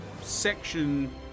section